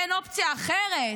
אין אופציה אחרת,